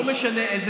לא משנה.